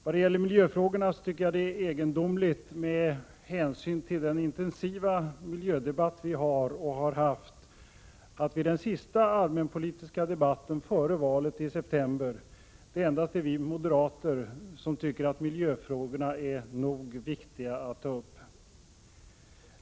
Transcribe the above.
Vad gäller miljöfrågorna är det egendomligt med hänsyn till den intensiva miljödebatt vi har och har haft att vid den sista allmänpolitiska debatten före valet i september det endast är vi moderater som tycker att miljöfrågorna är nog viktiga att ta upp!